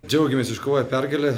džiaugiamės iškovoję pergalę